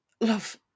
Love